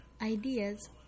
ideas